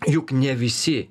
juk ne visi